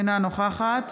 אינה נוכחת